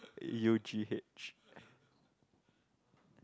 U G H